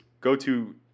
go-to